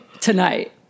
tonight